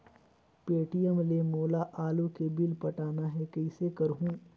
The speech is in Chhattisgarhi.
पे.टी.एम ले मोला आलू के बिल पटाना हे, कइसे करहुँ?